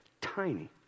tiny